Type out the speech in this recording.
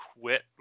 quit